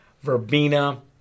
verbena